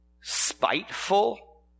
spiteful